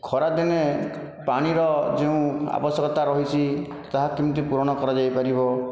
ଖରାଦିନେ ପାଣିର ଯୋଉଁ ଆବଶ୍ୟକତା ରହିଛି ତାହା କେମିତି ପୂରଣ କରାଯାଇପାରିବ